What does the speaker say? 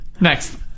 Next